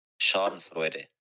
Schadenfreude